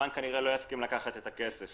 הבנק כנראה לא יסכים לקחת את הכסף